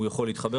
הוא יוכל להתחבר.